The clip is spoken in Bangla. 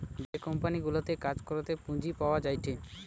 যে কোম্পানি গুলাতে কাজ করাতে পুঁজি পাওয়া যায়টে